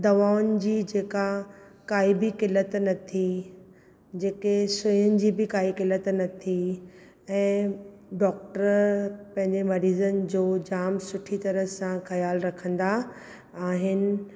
दवाउनि जी जेका काई बि किलत न थी जेके सुयुंनि जी बि काई किलत न थी ऐं डॉक्टर पंहिंजे मरीज़नि जो जामु सुठी तरह सां ख़्याल रखंदा आहिनि